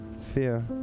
fear